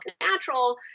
natural